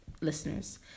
listeners